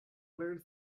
learned